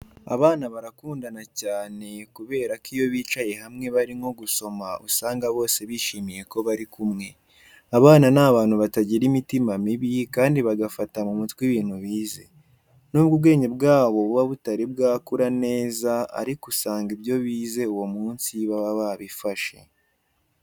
Abana barakundana cyane kubera ko iyo bicaye hamwe bari nko gusoma usanga bose bishimiye ko bari kumwe. Abana ni abantu batagira imitima mibi kandi bagafata mu mutwe ibintu bize. Nubwo ubwenge bwabo buba butari bwakura neza ariko usanga ibyo bize uwo munsi baba babifashe.